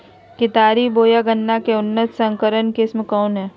केतारी बोया गन्ना के उन्नत संकर किस्म कौन है?